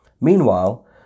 Meanwhile